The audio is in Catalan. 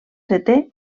setè